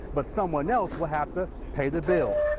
but someone else will have to pay the bill.